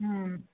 हुँअऽ